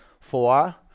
Four